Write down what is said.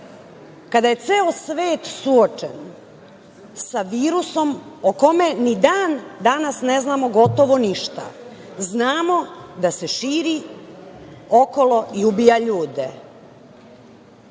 kada je ceo svet suočen sa virusom o kome ni dan danas ne znamo gotovo ništa? Znamo da se širi okolo i ubija ljude.